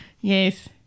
Yes